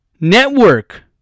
Network